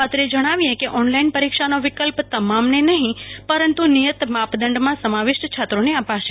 અત્રે જણાવીએ કે ઓનલાઈન પરીક્ષાનો વિકલ્પ તમામને નહીં નિયત માપદંડમાં સમાવિષ્ટ છાત્રોને અપાશે